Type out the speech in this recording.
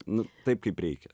nu taip kaip reikia